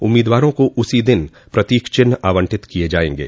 उम्मीदवारों को उसी दिन प्रतोक चिन्ह आवंटित किये जायेंगे